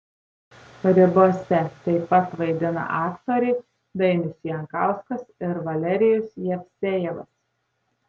ribose taip pat vaidina aktoriai dainius jankauskas ir valerijus jevsejevas